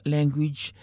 Language